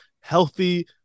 healthy